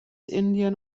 indien